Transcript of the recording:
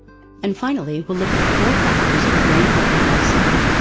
and, finally, we'll look at the four factors of a brain healthy lifestyle.